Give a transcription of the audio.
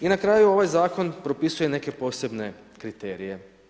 I na kraju ovaj zakon propisuje neke posebne kriterije.